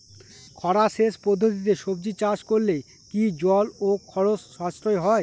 খরা সেচ পদ্ধতিতে সবজি চাষ করলে কি জল ও খরচ সাশ্রয় হয়?